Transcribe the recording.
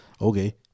Okay